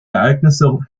ereignisse